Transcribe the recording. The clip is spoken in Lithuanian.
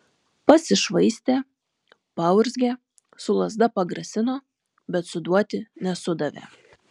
pasišvaistė paurzgė su lazda pagrasino bet suduoti nesudavė